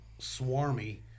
swarmy